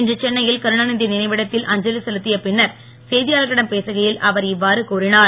இன்று சென்னையில் கருணாநிதி நினைவிடத்தில் அஞ்சலி செலுத்திய பின்னர் செய்தியாளர்களிடம் பேசுகையில் அவர் இவ்வாறு கூறினர்